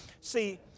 See